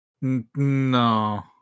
No